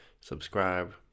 subscribe